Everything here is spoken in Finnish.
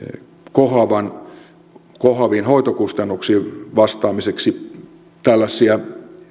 kohoaviin kohoaviin hoitokustannuksiin vastaamiseksi tällaisia